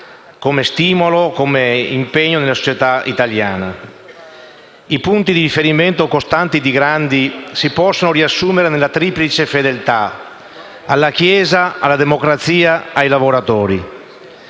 come stimolo e come impegno nella società italiana. I punti di riferimento costanti di Grandi si possono riassumere nella triplice fedeltà alla Chiesa, alla democrazia e ai lavoratori.